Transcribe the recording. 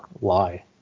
lie